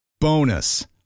Bonus